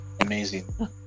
amazing